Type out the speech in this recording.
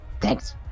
Thanks